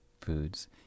foods